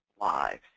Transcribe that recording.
lives